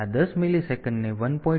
તેથી આ 10 મિલિસેકન્ડને 1